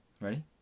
Ready